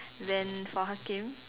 than for Hakim